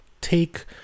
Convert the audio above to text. take